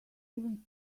even